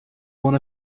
one